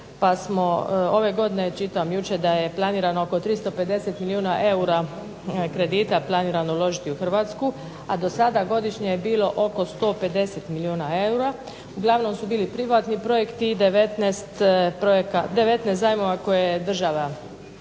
pa smo ove godine, čitam jučer da je planirano oko 350 milijuna eura kredita planirano uložiti u Hrvatsku, a do sada godišnje je bilo oko 150 milijuna eura. Uglavnom su bili privatni projekti, i 19 zajmova koje je država pratila,